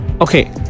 Okay